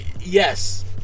Yes